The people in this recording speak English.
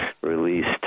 released